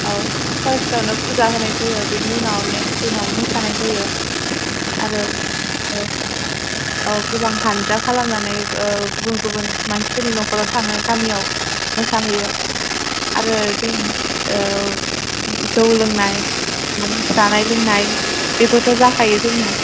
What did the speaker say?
औ फार्स्टआवनो फुजा होनाय जायो बिनि उनाव नेक्स्त दिनाव मोसानाय जायो आरो औ गोबां हान्जा खालामनानै गुबुन गुबुन मानसिफोरनि नख'राव थाङो गामियाव मोसाहैयो आरो जों जौ लोंनाय मानि जानाय लोंनाय बेफोरथ' जाखायो जोंनाव